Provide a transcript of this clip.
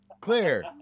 Clear